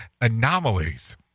anomalies